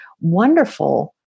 wonderful